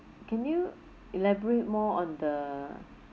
can you elaborate more on the